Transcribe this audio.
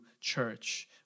church